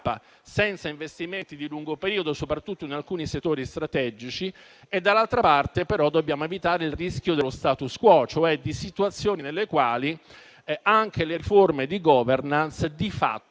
senza investimenti di lungo periodo, soprattutto in alcuni settori strategici; dall'altra parte, però dobbiamo evitare il rischio dello *status quo*, situazioni cioè nelle quali anche le riforme di *governance* di fatto